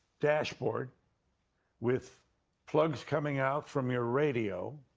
dashboard with plugs coming out from your radio,